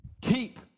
Keep